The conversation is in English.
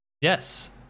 yes